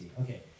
Okay